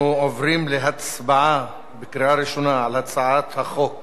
אנחנו עוברים להצבעה בקריאה ראשונה על הצעת חוק